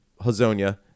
Hazonia